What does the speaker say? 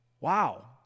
Wow